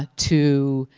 to